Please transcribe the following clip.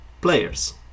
players